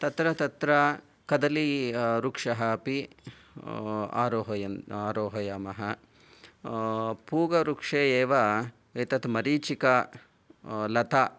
तत्र तत्र कदली वृक्षः अपि आरोहय् आरोहयामः पूगवृक्षे एव एतत् मरीचिका लता